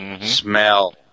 Smell